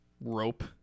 Rope